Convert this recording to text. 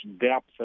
depth